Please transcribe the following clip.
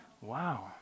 Wow